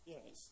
Yes